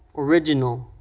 original,